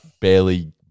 barely